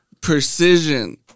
precision